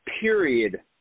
period